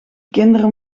kinderen